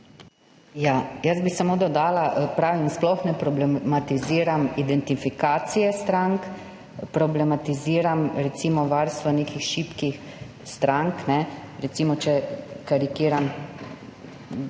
Jaz bi samo dodala, pravim, sploh ne problematiziram identifikacije strank, problematiziram varstvo nekih šibkih strank. Če recimo karikiram,